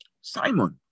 Simon